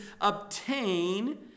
obtain